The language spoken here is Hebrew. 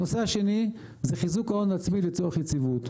הנושא השני זה חיזוק ההון העצמי לצורך יציבות.